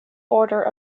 order